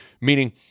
Meaning